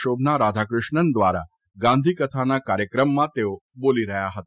શોભના રાધાકૃષ્ણન દ્વારા ગાંધી કથાના કાર્યક્રમમાં તેઓ બોલી રહ્યા હતા